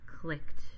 clicked